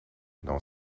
dans